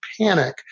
panic